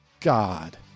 God